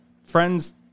friends